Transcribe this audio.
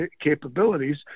capabilities